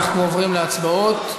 אנחנו עוברים להצבעות.